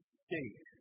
state